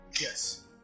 Yes